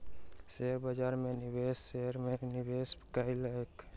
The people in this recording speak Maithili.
शेयर बाजार में निवेशक शेयर में निवेश कयलक